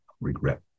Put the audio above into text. regret